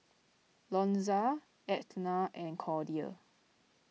Lonzo Etna and Cordia